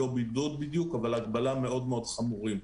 לא בידוד בדיוק, אבל הגבלה מאוד חמורה.